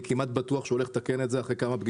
אני כמעט בטוח שהוא הולך לתקן את זה.